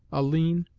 a lean,